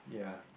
yeah